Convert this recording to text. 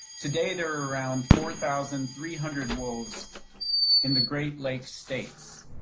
today, they're around four thousand three hundred wolves in the great lakes states.